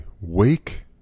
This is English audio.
WAKE